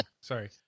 Sorry